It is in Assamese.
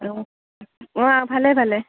অঁ অঁ ভালে ভালে